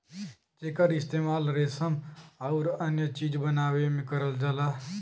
जेकर इस्तेमाल रेसम आउर अन्य चीज बनावे में करल जाला